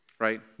right